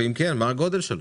ואם כן מה הגודל שלו.